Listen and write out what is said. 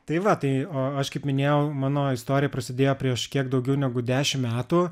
tai vat tai o aš kaip minėjau mano istorija prasidėjo prieš kiek daugiau negu dešim metų